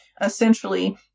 essentially